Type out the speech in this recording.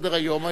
הייתי נותן לך,